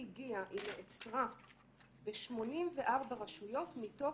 חונה ב-84 רשויות.